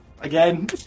again